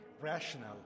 rational